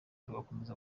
rugakomeza